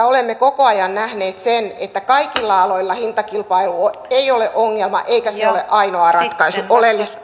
olemme koko ajan nähneet sen että kaikilla aloilla hintakilpailu ei ole ongelma eikä se ole ainoa ratkaisu oleellista